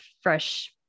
fresh